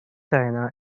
diana